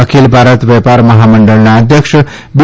અખિલ ભારત વેપાર મહામંડળના અધ્યક્ષ બી